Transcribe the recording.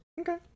Okay